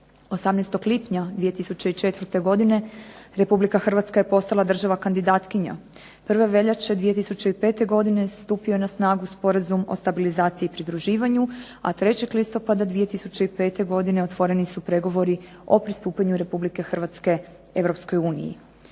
18. lipnja 2004. godine Republika Hrvatska je postala država kandidatkinja. 1. veljače 2005. godine stupio je na snagu Sporazum o stabilizaciji i pridruživanju. A 3. listopada 2005. godine otvoreni su pregovori o pristupanju Republike Hrvatske